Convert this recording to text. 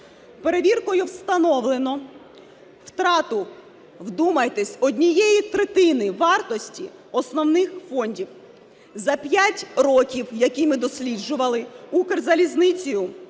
Перевіркою встановлено втрату, вдумайтесь, однієї третини вартості основних фондів. За 5 років, які ми досліджували, Укрзалізницею